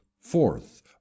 Fourth